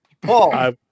Paul